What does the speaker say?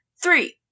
Three